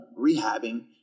rehabbing